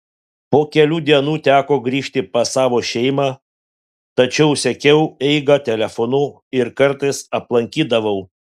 po kelių dienų teko grįžti pas savo šeimą tačiau sekiau eigą telefonu ir kartais aplankydavau